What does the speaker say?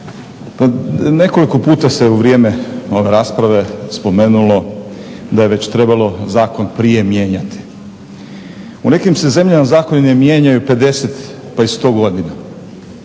Nekoliko puta se u vrijeme rasprava spomenulo da je već trebalo zakon prije mijenjati. U nekim se zemljama zakoni ne mijenjaju 50 pa i 100 godina.